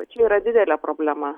va čia yra didelė problema